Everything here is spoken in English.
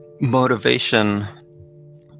motivation